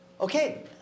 Okay